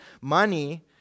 money